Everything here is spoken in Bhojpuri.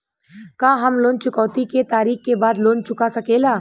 का हम लोन चुकौती के तारीख के बाद लोन चूका सकेला?